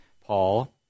Paul